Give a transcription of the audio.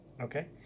Okay